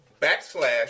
backslash